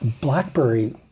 BlackBerry